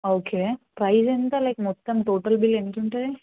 okay price ఎంత like మొత్తం total bill ఎంతుంటుంది